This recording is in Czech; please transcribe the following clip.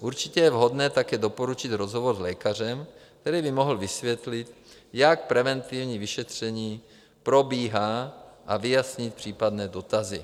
Určitě je vhodné také doporučit rozhovor s lékařem, který by mohl vysvětlit, jak preventivní vyšetření probíhá, a vyjasnit případné dotazy.